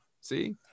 See